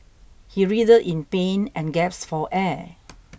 he writhed in pain and gasped for air